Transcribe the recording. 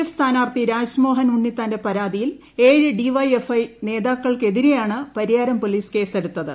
F സ്ഥാനാർത്ഥി Rajmohan ഉണ്ണിത്താന്റെ പ്രാിത്ചിയിൽ ഏഴ് ഡിവൈഎഫ്ഐ നേതാക്കൾ ക്കെതിരെയാണ് പരിയാരം പൊലീസ് കേസെടുത്തത്